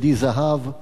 ודי-זהב.